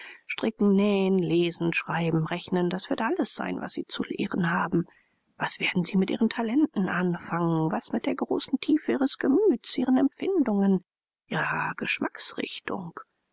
stricken nähen lesen schreiben rechnen das wird alles sein was sie zu lehren haben was werden sie mit ihren talenten anfangen was mit der großen tiefe ihres gemüts ihren empfindungen ihrer